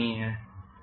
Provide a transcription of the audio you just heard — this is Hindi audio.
जो OPRहै